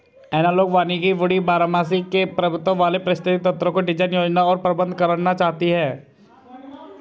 analogue वानिकी woody बारहमासी के प्रभुत्व वाले पारिस्थितिक तंत्रको डिजाइन, योजना और प्रबंधन करना चाहती है